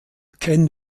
ken